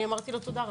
אני אמרתי לו תודה.